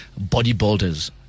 bodybuilders